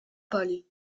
palais